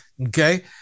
Okay